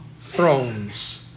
thrones